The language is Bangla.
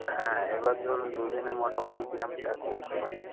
হ্যাঁ এবার ধরুন দু দিনে মোটামুটি কীরকম চার্জ পড়তে পারে